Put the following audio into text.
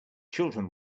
children